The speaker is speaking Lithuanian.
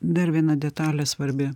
dar viena detalė svarbi